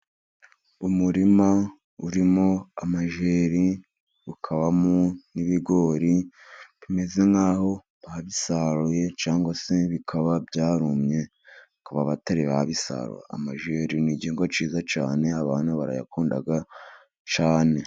Umurima urimo amajeri, ukabamo n'ibigori, bimeze nk'aho babisaruye cyangwa se bikaba byarumye bakaba batari babisarura. Amajeri ni igihingwa kiza cyane, abantu barayakunda cyane.